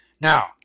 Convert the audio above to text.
now